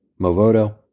Movoto